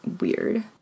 weird